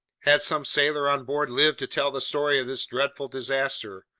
had some sailor on board lived to tell the story of this dreadful disaster,